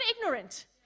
ignorant